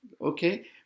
okay